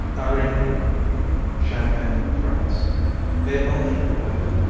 arrigny champagne, france made only in winter,